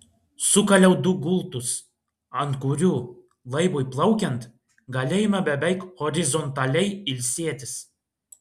sukaliau du gultus ant kurių laivui plaukiant galėjome beveik horizontaliai ilsėtis